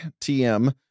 TM